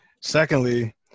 Secondly